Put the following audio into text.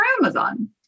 Amazon